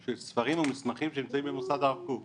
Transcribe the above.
של ספרים ומסמכים שנמצאים במוסד הרב קוק?